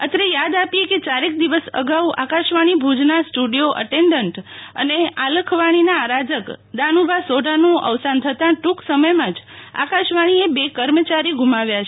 અત્રે યાદ આપીએ કે ચારેક દિવસ અગાઉ આકાશવાણી ભુજના સ્ટુડિયો અટેન્ડન્ટ અને અલખવાણીના આરાધક દાનુભા સોઢાનું અવસાન થતાં ટૂંક સમયમાં જ આકાશવાણીએ બે કર્મચારી ગુમાવ્યા છે